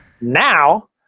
Now